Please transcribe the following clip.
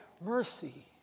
Mercy